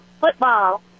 football